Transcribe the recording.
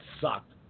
sucked